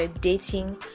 dating